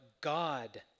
God